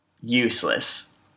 useless